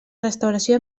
restauració